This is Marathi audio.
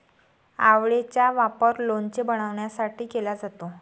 आवळेचा वापर लोणचे बनवण्यासाठी केला जातो